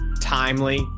timely